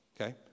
okay